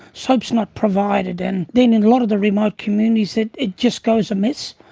soap is not provided. and then in a lot of the remote communities it it just goes amiss.